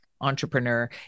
entrepreneur